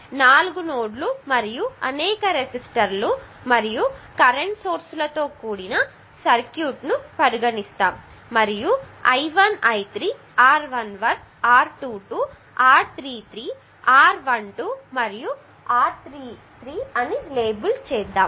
కాబట్టి నాలుగు నొడ్లు మరియు అనేక రెసిస్టర్లు మరియు కరెంట్ సోర్స్ లతో కూడిన సర్క్యూట్ ను పరిగణిస్తాం మరియు I1I3 R 1 1 R 2 2 R 3 3 R 1 2 మరియు R 2 3 అని లేబుల్ చేస్తాం